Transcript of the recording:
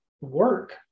work